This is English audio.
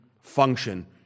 function